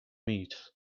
meat